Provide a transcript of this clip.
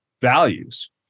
values